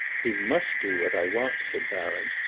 he must do what i want! said baron.